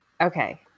Okay